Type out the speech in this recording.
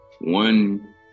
one